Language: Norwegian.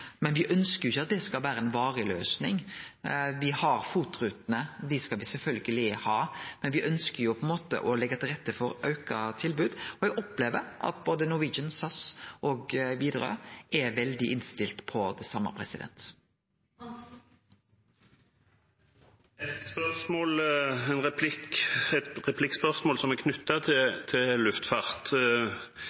Men me ønskjer jo ikkje at det skal vere ei varig løysing. Me har FOT-rutene, dei skal me sjølvsagt ha, men me ønskjer å leggje til rette for auka tilbod. Eg opplever at både Norwegian, SAS og Widerøe er veldig innstilte på det same.